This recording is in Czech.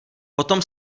potom